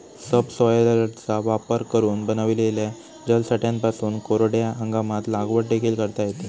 सबसॉयलरचा वापर करून बनविलेल्या जलसाठ्यांपासून कोरड्या हंगामात लागवड देखील करता येते